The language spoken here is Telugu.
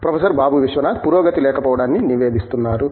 ప్రొఫెసర్ బాబు విశ్వనాథ్ పురోగతి లేకపోవడాన్ని నివేదిస్తున్నారు